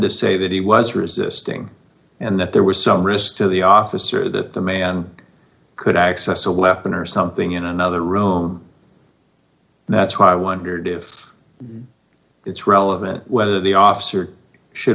to say that he was resisting and that there was some risk to the officer that the man could access a weapon or something in another room and that's why i wondered if it's relevant whether the officer should